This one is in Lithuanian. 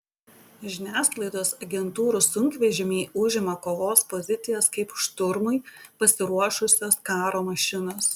žiniasklaidos agentūrų sunkvežimiai užima kovos pozicijas kaip šturmui pasiruošusios karo mašinos